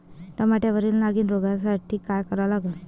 टमाट्यावरील नागीण रोगसाठी काय करा लागन?